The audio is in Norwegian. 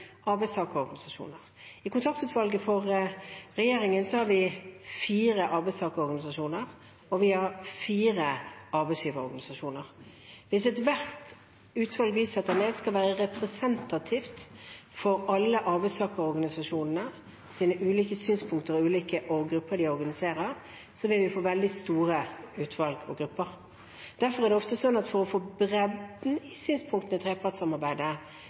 arbeidstakerorganisasjoner. I regjeringens kontaktutvalg har vi fire arbeidstakerorganisasjoner, og vi har fire arbeidsgiverorganisasjoner. Hvis ethvert utvalg vi setter ned, skal være representativt for alle arbeidstakerorganisasjonenes ulike synspunkter og grupper de organiserer, vil vi få veldig store utvalg og grupper. Derfor er det ofte slik at for å få bredden i synspunkter i trepartssamarbeidet